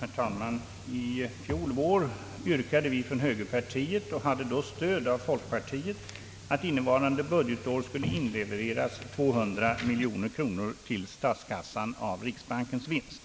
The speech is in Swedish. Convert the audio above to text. Herr talman! I fjol vår yrkade vi från högerpartiet och hade då stöd av folk partiet att innevarande budgetår skulle inlevereras 200 miljoner kronor till statskassan av riksbankens vinst.